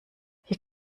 hier